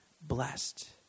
blessed